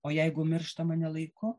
o jeigu mirštama ne laiku